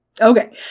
Okay